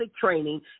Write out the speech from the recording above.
training